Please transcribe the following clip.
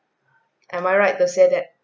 am I right to say that